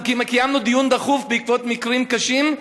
אנחנו קיימנו דיון דחוף בעקבות מקרים קשים,